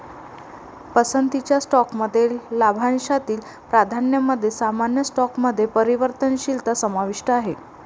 पसंतीच्या स्टॉकमध्ये लाभांशातील प्राधान्यामध्ये सामान्य स्टॉकमध्ये परिवर्तनशीलता समाविष्ट आहे